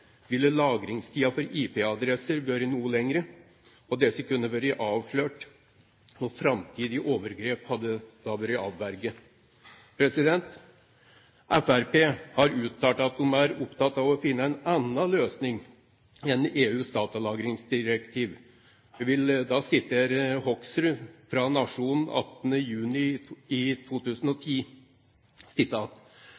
ville lagringstiden for IP-adresser ha vært noe lengre, og disse kunne blitt avslørt, og framtidige overgrep hadde da blitt avverget. Fremskrittspartiet har uttalt at de er opptatt av å finne en annen løsning enn EUs datalagringsdirektiv. Jeg vil sitere Hoksrud fra Nationen 18. juni i